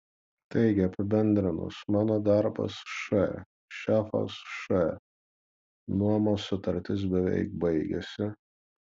taigi apibendrinus mano darbas š šefas š nuomos sutartis beveik baigiasi